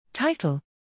Title